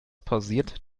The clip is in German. pausiert